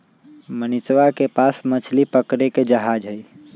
मनीषवा के पास मछली पकड़े के जहाज हई